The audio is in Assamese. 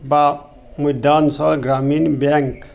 বা মধ্যাঞ্চল গ্ৰামীণ বেংক